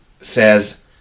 says